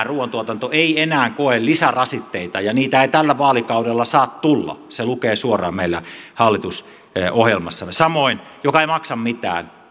ruoantuotanto ei enää koe lisärasitteita ja niitä ei tällä vaalikaudella saa tulla lukee suoraan meillä hallitusohjelmassamme samoin mikä ei maksa mitään